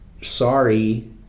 sorry